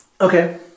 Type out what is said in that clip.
Okay